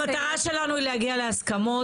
המטרה שלנו היא להגיע להסכמות,